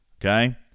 okay